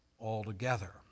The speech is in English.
altogether